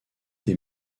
des